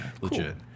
Legit